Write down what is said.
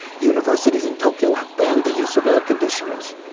universities in tokyo have banned the use of air conditioners.